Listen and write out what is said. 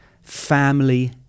Family